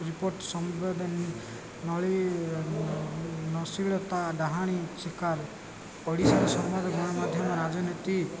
report ଡାହାଣୀ ଶିକାର ଓଡ଼ିଶାର ସମ୍ବାଦ ଗଣମାଧ୍ୟମ ରାଜନୀତି